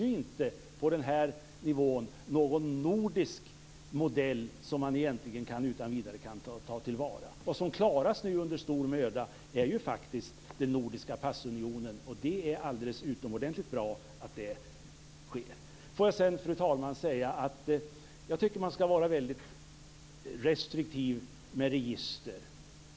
På denna nivå finns det inte någon nordisk modell som man utan vidare kan ta till vara. Vad som nu klaras under stor möda är ju den nordiska passunionen, och det är alldeles utomordentligt bra att det sker. Fru talman! Jag tycker att man skall vara mycket restriktiv med register.